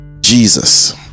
Jesus